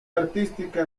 artística